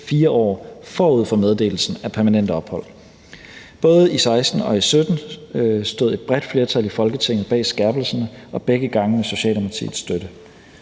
4 år forud for meddelelsen af permanent ophold. Både i 2016 og i 2017 stod et bredt flertal i Folketinget bag skærpelserne, og begge gange med Socialdemokratiets støtte.